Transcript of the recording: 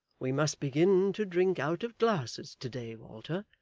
we must begin to drink out of glasses to-day, walter.